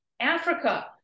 Africa